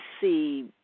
see